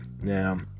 Now